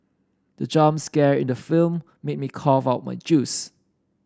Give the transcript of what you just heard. the jump scare in the film made me cough out my juice